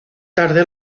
tarde